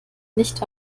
nicht